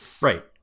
right